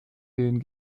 den